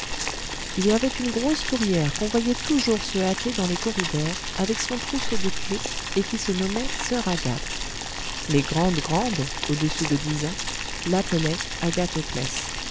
il y avait une grosse tourière qu'on voyait toujours se hâter dans les corridors avec son trousseau de clefs et qui se nommait soeur agathe les grandes grandes au-dessus de dix ans